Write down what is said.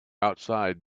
outside